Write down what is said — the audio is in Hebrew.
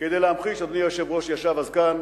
כדי להמחיש, אדוני היושב-ראש ישב אז כאן,